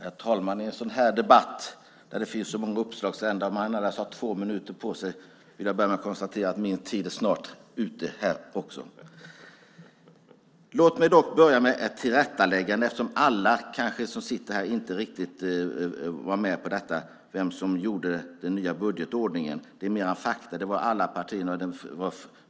Herr talman! I en sådan här debatt där det finns så många uppslagsändar och man endast har två minuter på sig vill jag börja med att konstatera att min talartid snart är ute. Låt mig göra ett tillrättaläggande, eftersom alla som sitter här kanske inte riktigt var med på detta, vem som gjorde den nya budgetordningen - det handlar mer om fakta. Det var alla partierna.